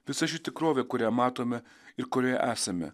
visa ši tikrovė kurią matome ir kurioje esame